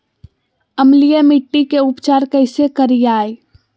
अम्लीय मिट्टी के उपचार कैसे करियाय?